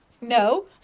no